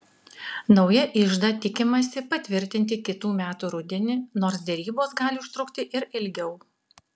naują iždą tikimasi patvirtinti kitų metų rudenį nors derybos gali užtrukti ir ilgiau